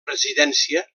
residència